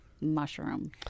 Mushroom